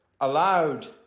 allowed